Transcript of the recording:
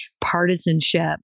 partisanship